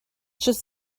just